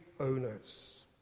owners